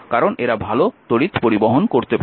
কারণ এরা ভাল তড়িৎ পরিবহন করতে পারে